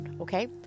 okay